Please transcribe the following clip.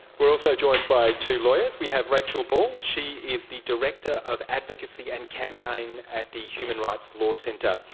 we're also joined by two lawyers. we have rachel ball, she is the director of advocacy and campaign at the human rights law centre,